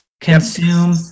Consume